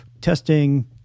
testing